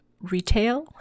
retail